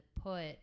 put